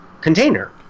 container